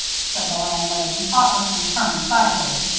said the landlady, thoughtlessly turning sideways,